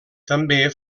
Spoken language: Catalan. també